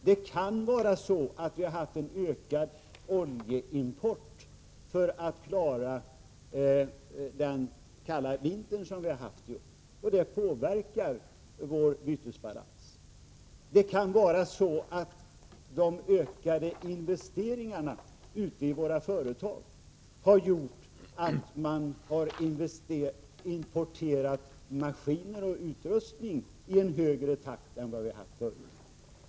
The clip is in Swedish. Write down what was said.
Det kan vara så, att vi har haft en ökad oljeimport för att klara den kalla vintern i år, och det påverkar vår bytesbalans. Det kan vara så, att de ökade investeringarna ute i våra företag har gjort att man importerat maskiner och utrustning i högre takt än tidigare.